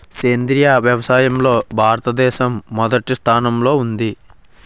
సేంద్రీయ వ్యవసాయంలో భారతదేశం మొదటి స్థానంలో ఉంది